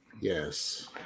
Yes